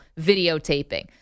videotaping